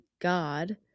God